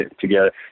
together